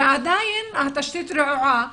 ועדיין התשתית רעועה.